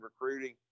recruiting